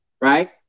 Right